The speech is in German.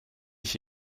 ich